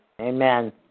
Amen